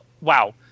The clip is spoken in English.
wow